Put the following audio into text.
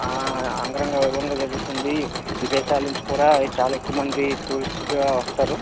అంగరంగ వైభవంగా జరుగుతుంది విదేశాల నుంచి కూడా చాలా ఎక్కువ మంది టూరిస్ట్లుగా వస్తారు